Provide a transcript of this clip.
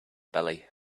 belly